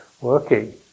working